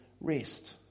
rest